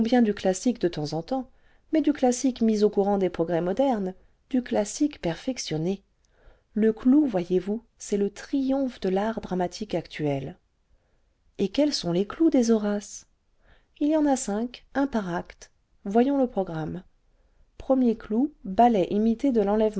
du classique de temps en temps mais du classique mis au courant des progrès modernes du classique perfectionné le clou voyez-vous c'est le triomphe de l'art dramatique actuel et quels sont les clous des horaces il y en a cinq un par acte voyons le programme er clou ballet imité de